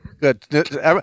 Good